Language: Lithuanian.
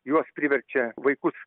jos priverčia vaikus